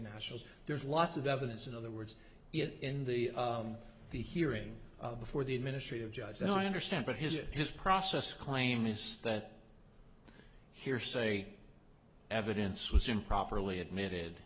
nationals there's lots of evidence in other words it in the the hearing before the administrative judge and i understand but his it his process claim is that hearsay evidence was improperly admitted